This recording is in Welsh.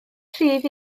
rhydd